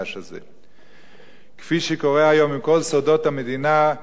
כפי שקורה היום עם כל סודות המדינה בתקשורת הישראלית,